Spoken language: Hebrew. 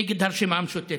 נגד הרשימה המשותפת.